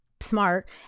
Smart